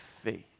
faith